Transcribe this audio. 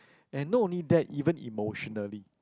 and not only that even emotionally